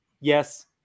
yes